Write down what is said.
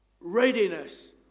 readiness